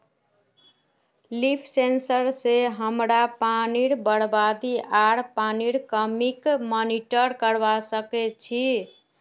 leaf sensor स हमरा पानीर बरबादी आर पानीर कमीक मॉनिटर करवा सक छी